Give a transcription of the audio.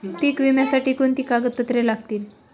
पीक विम्यासाठी कोणती कागदपत्रे लागतील?